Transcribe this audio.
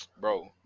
Bro